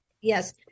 Yes